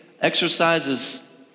exercises